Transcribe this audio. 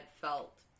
felt